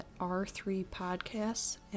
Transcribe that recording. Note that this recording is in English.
r3podcasts